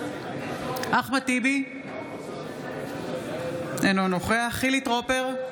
אחמד טיבי, אינו נוכח חילי טרופר,